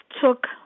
took